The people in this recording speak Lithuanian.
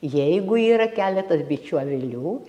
jeigu yra keletas bičių avilių